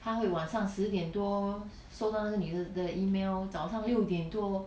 她会晚上十点多收到那个女的的 email 早上六点多